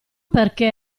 perché